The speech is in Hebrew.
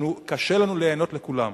וקשה לנו להיענות לכולן.